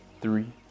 three